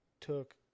took